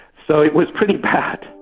so it was pretty bad!